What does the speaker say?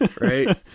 Right